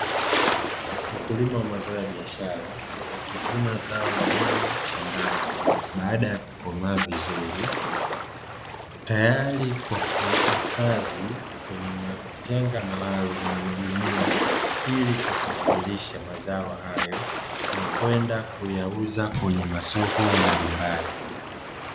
Wakulima wa mazao ya biashara, wakivuna zao hilo shambani baada ya kukomaa vizuri, tayari kwa kuhifadhi kwenye matenga maalumu na magunia ili kusafirisha mazao hayo na kwenda kuyauza kwenye masoko mbalimbali.